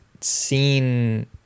seen